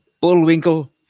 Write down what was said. Bullwinkle